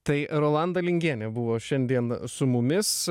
tai rolanda lingienė buvo šiandien su mumis